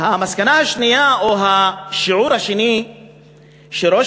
המסקנה השנייה או השיעור השני שראש